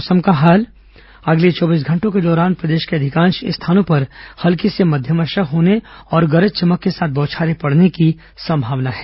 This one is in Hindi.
मौसम अगले चौबीस घंटों के दौरान प्रदेश के अधिकांश स्थानों पर हल्की से मध्यम वर्षा होने और गरज चमक के साथ बौछारें पड़ने की संभावना है